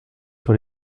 sur